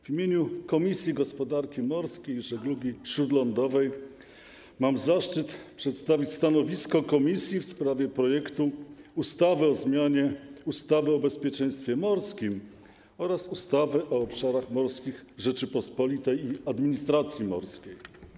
W imieniu Komisji Gospodarki Morskiej i Żeglugi Śródlądowej mam zaszczyt przedstawić stanowisko w sprawie projektu ustawy o zmianie ustawy o bezpieczeństwie morskim oraz ustawy o obszarach morskich Rzeczypospolitej Polskiej i administracji morskiej.